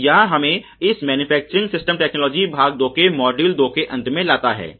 तो यह हमें इस मैन्युफैक्चरिंग सिस्टम टैकनोलजी भाग 2 के मॉड्यूल दो के अंत में लाता है